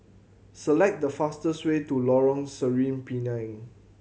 select the fastest way to Lorong Sireh Pinang